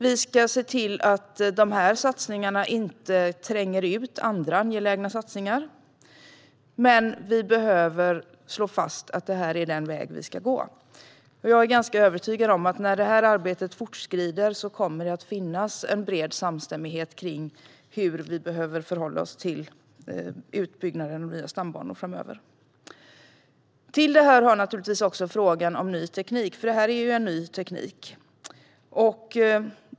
Vi ska se till att dessa satsningar inte tränger ut andra angelägna satsningar. Men vi behöver slå fast att det här är den väg som vi ska gå. Jag är ganska övertygad om att när det här arbetet fortskrider kommer det att finnas en bred samstämmighet kring hur vi ska förhålla oss till utbygganden av nya stambanor framöver. Till detta hör naturligtvis frågan om ny teknik, för det här är ju en ny teknik.